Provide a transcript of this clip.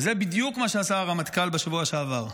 וזה בדיוק מה שעשה הרמטכ"ל בשבוע שעבר.